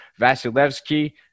Vasilevsky